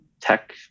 tech